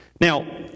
Now